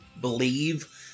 believe